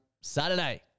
Saturday